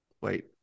Wait